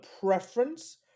preference